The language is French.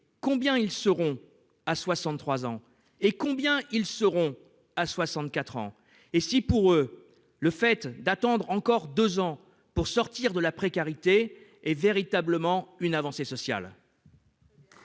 combien ils seront à 63 ans et combien ils seront à 64 ans et si pour eux le fait d'attendre encore 2 ans pour sortir de la précarité est véritablement une avancée sociale.